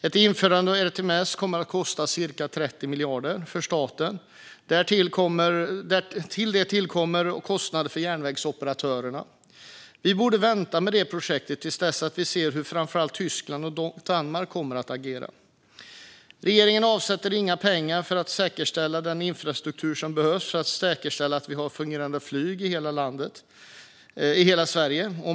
Ett införande av ERTMS kommer att kosta cirka 30 miljarder för staten. Därtill kommer kostnader för järnvägsoperatörerna. Vi borde vänta med detta projekt till dess att vi ser hur framför allt Tyskland och Danmark kommer att agera. Regeringen avsätter inga pengar för att säkerställa den infrastruktur som behövs för att säkerställa att vi har ett fungerande flyg i hela Sverige.